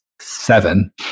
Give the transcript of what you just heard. seven